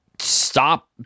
stop